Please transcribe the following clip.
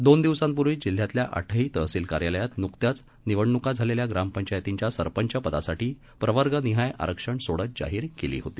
दोन दिवसांपूर्वीच जिल्ह्यातल्या आठही तहसील कार्यालयात नुकत्याच निवडणुका झालेल्या ग्रामपंचायतींच्या सरपंच पदासाठी प्रवर्गनिहाय आरक्षण सोडत जाहीर केली होती